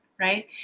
Right